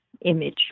image